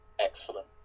Excellent